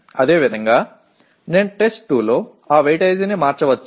అదేవిధంగా నేను టెస్ట్ 2 లో ఆ వెయిటేజీని మార్చవచ్చు